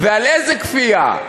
על איזה כפייה?